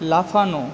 লাফানো